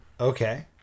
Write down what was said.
Okay